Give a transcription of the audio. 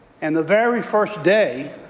and the very first day,